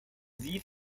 sie